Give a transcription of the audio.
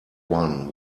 one